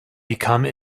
become